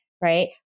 Right